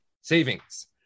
savings